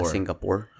Singapore